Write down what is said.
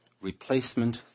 Replacement